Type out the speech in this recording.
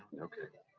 okay.